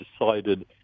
decided